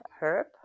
herb